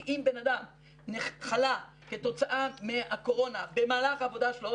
כי אם בן אדם חלה כתוצאה מהקורונה במהלך העבודה שלו,